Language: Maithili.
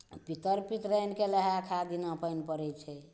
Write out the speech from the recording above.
पितर पितराइनके लहाइ खाइ दिना पानि पड़ै छै